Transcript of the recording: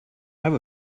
have